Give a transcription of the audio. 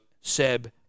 Seb